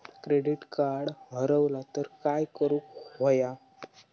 Credit card हरवला तर काय करुक होया?